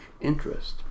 interest